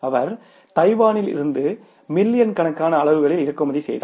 அவர் தைவானில் இருந்து மில்லியன் கணக்கான அலகுகளில் இறக்குமதி செய்தார்